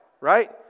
right